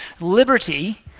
liberty